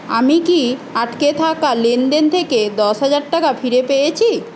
আমি কি আটকে থাকা লেনদেন থেকে দশ হাজার টাকা ফিরে পেয়েছি